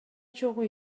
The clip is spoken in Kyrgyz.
чогуу